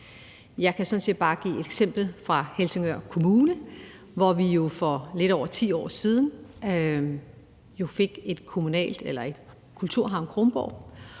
set bare give et eksempel fra Helsingør Kommune, hvor vi jo for lidt over 10 år siden fik Kulturhavn Kronborg.